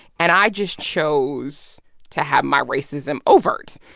and i just chose to have my racism overt